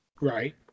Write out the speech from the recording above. Right